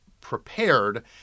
prepared